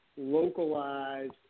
localized